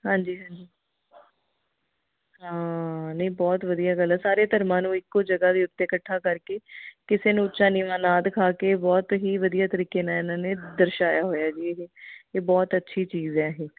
ਹਾਂਜੀ ਹਾਂਜੀ ਹਾਂ ਨਹੀਂ ਬਹੁਤ ਵਧੀਆ ਗੱਲ ਆ ਸਾਰੇ ਧਰਮਾਂ ਨੂੰ ਇੱਕੋ ਜਗ੍ਹਾ ਦੇ ਉੱਤੇ ਇਕੱਠਾ ਕਰਕੇ ਕਿਸੇ ਨੂੰ ਉੱਚਾ ਨੀਵਾਂ ਨਾ ਦਿਖਾ ਕੇ ਬਹੁਤ ਹੀ ਵਧੀਆ ਤਰੀਕੇ ਨਾਲ ਇਹਨਾਂ ਨੇ ਦਰਸਾਇਆ ਹੋਇਆ ਜੀ ਇਹ ਇਹ ਬਹੁਤ ਅੱਛੀ ਚੀਜ਼ ਹੈ ਇਹ